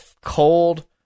cold